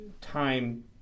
time